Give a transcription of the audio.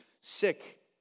sick